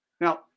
Now